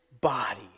body